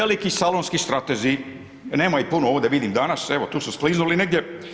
Veliki salonski stratezi, nema ih puno ovdje vidim danas, evo tu su skliznuli negdje.